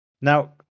now